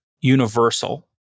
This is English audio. universal